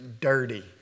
dirty